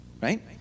Right